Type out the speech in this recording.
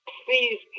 please